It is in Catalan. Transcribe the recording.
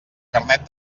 carnet